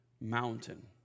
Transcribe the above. mountain